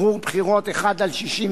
ערעור בחירות 1/65: